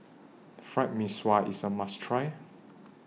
Fried Mee Sua IS A must Try